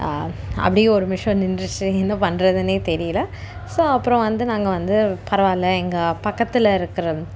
அப்படியே ஒரு நிமிடம் நின்றுச்சி என்ன பண்றதுனே தெரியல ஸோ அப்புறம் வந்து நாங்கள் வந்து பரவாயில்ல எங்கள் பக்கத்தில் இருக்கிற